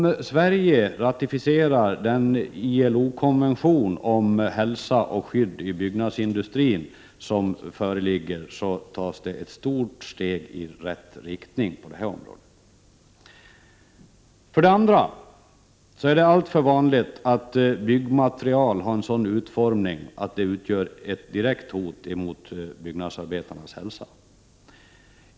Om Sverige ratificerar ILO-konventionen om hälsa och skydd i byggindustrin, tas ett stort steg i rätt riktning. För det andra är det alltför vanligt att byggmaterialen har en sådan utformning att de utgör ett direkt hot mot byggnadsarbetarnas hälsa.